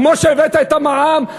כמו שהבאת את המע"מ,